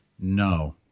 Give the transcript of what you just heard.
no